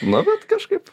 nu bet kažkaip